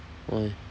why